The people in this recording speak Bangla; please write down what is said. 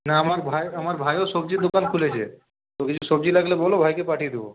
না আমার ভাইয়ের আমার ভাইও সবজির দোকান খুলেছে তো কিছু সবজি লাগলে বোলো ভাইকে পাঠিয়ে দেবো